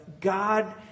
God